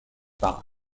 par